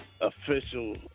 Official